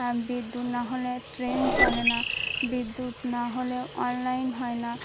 বিদ্যুৎ নাহলে ট্রেন চলে না বিদ্যুৎ নাহলে অনলাইন হয় না